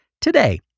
today